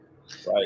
Right